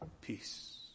peace